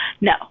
no